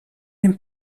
dem